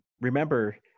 remember